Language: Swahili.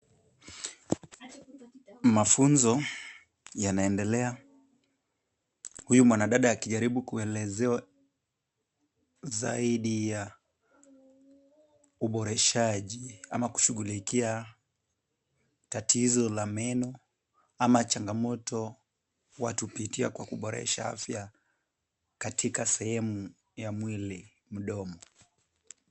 Mafunzo yanaendelea huyu mwanadada akijaribu kuelezewa zaidi ya uboreshaji ama kushughulikia tatizo la meno ama changamoto watu hupitia kwa kuboresha afya katika sehemu ya mwili; mdomo.